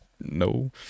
no